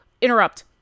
interrupt